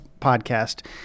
podcast